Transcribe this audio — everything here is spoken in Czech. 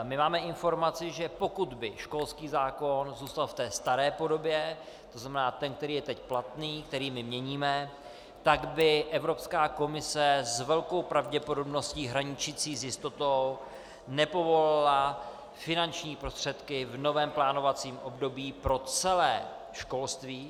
My máme informaci, že pokud by školský zákon zůstal v té staré podobě, to znamená ten, který je teď platný, který my měníme, tak by Evropská komise s velkou pravděpodobností hraničící s jistotou nepovolila finanční prostředky v novém plánovacím období pro celé školství.